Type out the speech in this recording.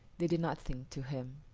they did nothing to him.